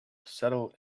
settle